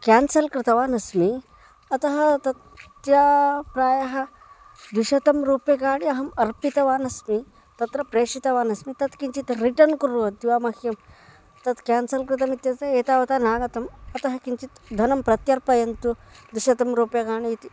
cancel कृतवान् अस्मि अतः तस्य प्रायः द्विशतं रूप्यकाणि अहम् अर्पितवान् अस्मि तत्र प्रेषितवान् अस्मि तत् किञ्चित् रिटर्न् कुर्वन्ति वा मह्यं तत् केन्सल् कृतमित्यस्य एतावता नागतम् अतः किञ्चित् धनं प्रत्यर्पयन्तु द्विशतं रूप्यकाणि इति